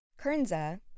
Kernza